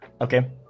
okay